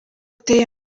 ateye